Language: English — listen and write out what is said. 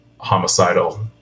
homicidal